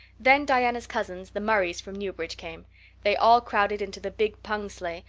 then diana's cousins, the murrays from newbridge, came they all crowded into the big pung sleigh,